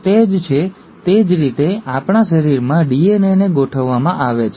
તો તે જ છે તે જ રીતે આપણા શરીરમાં ડીએનએને ગોઠવવામાં આવે છે